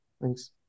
Thanks